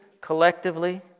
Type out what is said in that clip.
collectively